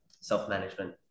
self-management